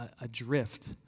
adrift